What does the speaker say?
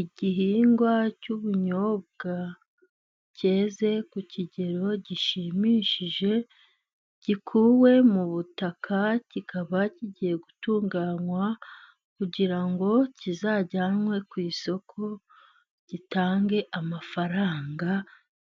Igihingwa cy'ubunyobwa cyeze ku kigero gishimishije, gikuwe mu butaka kikaba kigiye gutunganywa, kugira ngo kizajyanwe ku isoko, gitange amafaranga